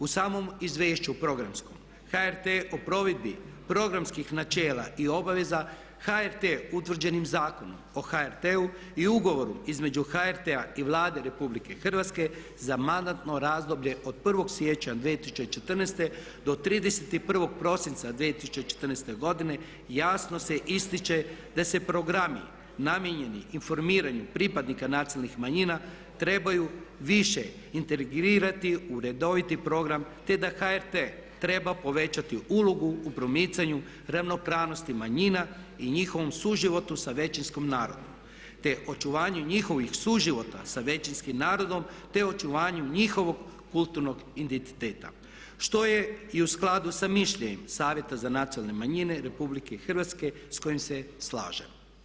U samom izvješću, programskom, HRT o provedbi programskih načela i obaveza HRT utvrđenim zakonom o HRT-u i ugovorom između HRT-a i Vlade RH za mandatno razdoblje o 1. siječnja 2014. do 31. prosinca 2014. godine jasno se ističe da se programi namijenjeni informiranju pripadnika nacionalnih manjina trebaju više integrirati u redoviti program te da HRT treba povećati ulogu u promicanju ravnopravnosti manjina i njihovom suživotu sa većinskim narodom te očuvanju njihovih suživota sa većinskim narodom te očuvanju njihovog kulturnog identiteta što je i u skladu sa mišljenjem Savjeta za nacionalne manjine RH s kojim se slažem.